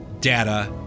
data